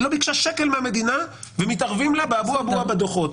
היא לא ביקשה שקל מהמדינה ומתערבים לה באבו-אבוה בדוחות.